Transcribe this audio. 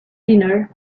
dinner